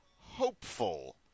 hopeful